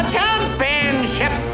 Championship